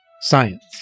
Science